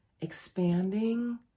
expanding